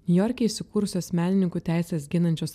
niujorke įsikūrusios menininkų teises ginančios